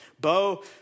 Bo